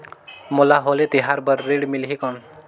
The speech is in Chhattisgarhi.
मोला होली तिहार बार ऋण मिलही कौन?